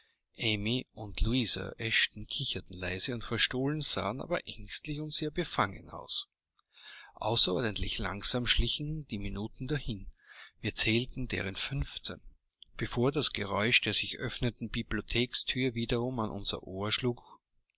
und louisa eshton kicherten leise und verstohlen sahen aber ängstlich und sehr befangen aus außerordentlich langsam schlichen die minuten dahin wir zählten deren fünfzehn bevor das geräusch der sich öffnenden bibliotheksthür wiederum an unser ohr schlug